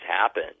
happen